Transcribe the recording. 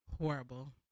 Horrible